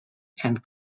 and